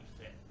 fit